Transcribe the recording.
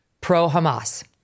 pro-Hamas